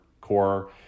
core